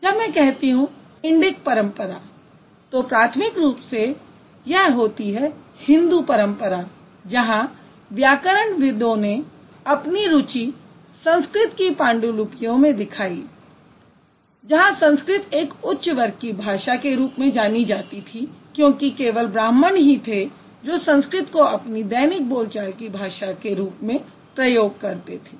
जब मैं कहती हूँ इंडिक परंपरा तो प्राथमिक रूप से यह होती है हिन्दू परंपरा जहां व्याकरणविदों ने अपनी रुचि संस्कृत की पाण्डुलिपियों में दिखाई जहाँ संस्कृत एक उच्च वर्ग की भाषा के रूप में जानी जाती थी क्योंकि केवल ब्राह्मण ही थे जो संस्कृत को अपनी दैनिक बोलचाल की भाषा के रूप में प्रयोग करते थे